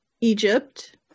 Egypt